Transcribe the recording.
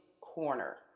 Corner